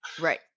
right